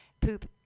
poop